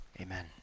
amen